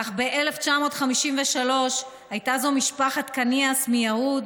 אך ב-1953 הייתה זאת משפחת קניאס מיהוד,